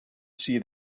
see